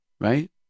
right